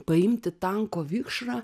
paimti tanko vikšrą